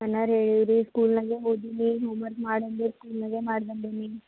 ಏನಾರು ಹೇಳಿದ್ದು ಕೇಳಲ್ಲ ಹೋಗಿ ನೀ ಹೋಮ್ವರ್ಕ್ ಮಾಡು ಅಂದ್ರೆ ಸ್ಕೂಲಾಗೆ ಮಾಡಿ ಬಂದೀನಿ